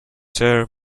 sir